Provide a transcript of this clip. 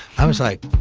i was like,